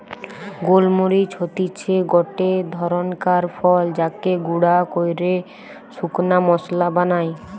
গোল মরিচ হতিছে গটে ধরণকার ফল যাকে গুঁড়া কইরে শুকনা মশলা বানায়